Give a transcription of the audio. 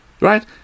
Right